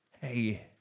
Hey